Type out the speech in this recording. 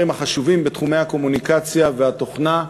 החשובים בתחומי הקומוניקציה והתוכנה,